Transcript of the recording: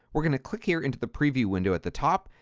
we're going to click here into the preview window at the top,